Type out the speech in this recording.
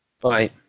bye